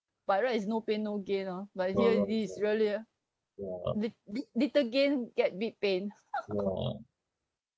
by right is no pain no gain lor but here and this is really ah big bit little gain get big pain